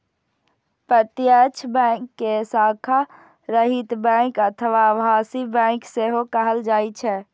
प्रत्यक्ष बैंक कें शाखा रहित बैंक अथवा आभासी बैंक सेहो कहल जाइ छै